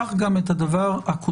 כך גם את הדבר הקודם,